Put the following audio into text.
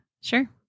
Sure